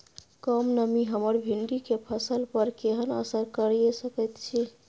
कम नमी हमर भिंडी के फसल पर केहन असर करिये सकेत छै?